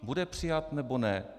Bude přijat, nebo ne?